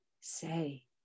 say